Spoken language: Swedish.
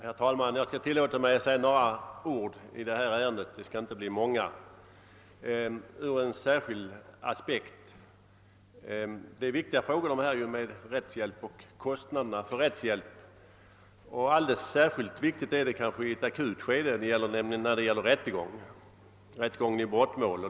Herr talman! Jag skall tillåta mig att ur en särskild aspekt säga några ord i detta ärende — det skall inte bli många. är viktiga frågor. Alldeles särskilt viktigt är det kanske i ett akut skede, nämligen när det gäller rättegång i brottmål.